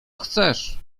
chcesz